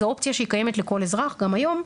זאת אופציה שהיא קיימת לכל אזרח גם היום,